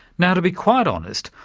now to be quite honest,